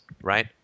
right